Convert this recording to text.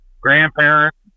grandparents